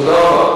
תודה רבה.